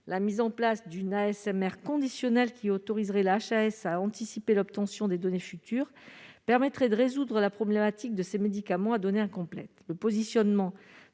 la mise en place d'une AS maire conditionnel qui autoriserait la HAS a anticipé l'obtention des données futur permettrait de résoudre la problématique de ces médicaments a données incomplètes,